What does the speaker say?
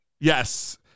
Yes